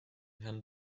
herrn